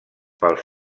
pels